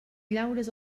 llaures